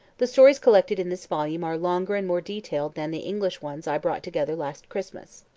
the stories collected in this volume are longer and more detailed than the english ones i brought together last christmas.